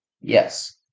Yes